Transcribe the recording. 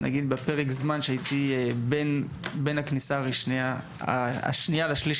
נגיד בפרק זמן שהייתי בין הכניסה השנייה לשלישית,